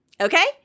Okay